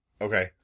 Okay